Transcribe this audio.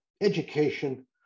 education